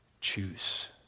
choose